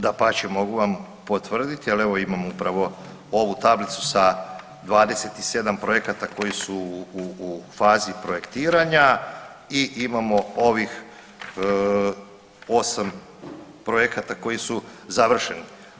Dapače, mogu vam potvrditi, ali evo imam upravo ovu tablicu sa 27 projekata koji su u fazi projektiranja i imamo ovih 8 projekata koji su završeni.